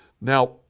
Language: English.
Now